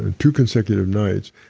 ah two consecutive nights,